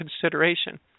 consideration